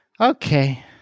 Okay